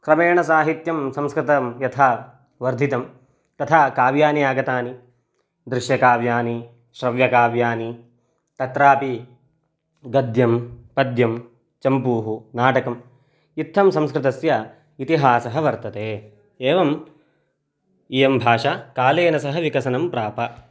क्रमेणसाहित्यं संस्कृतं यथा वर्धितं तथा काव्यानि आगतानि दृश्यकाव्यानि श्रव्यकाव्यानि तत्रापि गद्यं पद्यं चम्पूः नाटकम् इत्थं संस्कृतस्य इतिहासः वर्तते एवम् इयं भाषा कालेन सह विकसनं प्राप